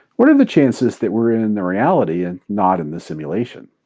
what are the chances that we're in the reality and not in the simulation?